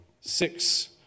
Six